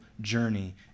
journey